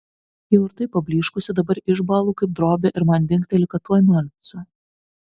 jau ir taip pablyškusi dabar išbąlu kaip drobė ir man dingteli kad tuoj nualpsiu